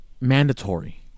mandatory